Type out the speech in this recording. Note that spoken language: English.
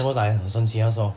like 很生气他说